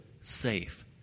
safe